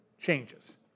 changes